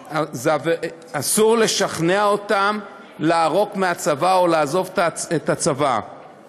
אסור לשכנע אותם לערוק מהצבא או לעזוב את הצבא,